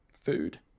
food